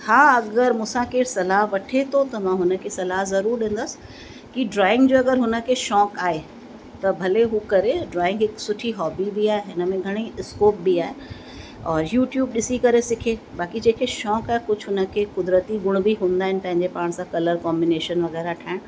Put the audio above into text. हा अगरि मूं सां केर सलाह वठे थो त मां हुनखे सलाह ज़रूरु ॾींदसि कि ड्रॉइंग जो अगरि हुनखे शौक़ु आहे त भले हू करे ड्रॉइंग हिकु सुठी हॉबी बि आहे हुन में घणेई स्कोप बि आहे और यूट्यूब ॾिसी करे सिखे बाक़ी जेके शौक़ु आहे कुझु हुनखे क़ुदिरती गुण बि हूंदा आहिनि पंहिंजे पाण सां कलर कॉंबीनेशन वग़ैरह ठाहिण